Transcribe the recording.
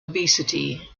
obesity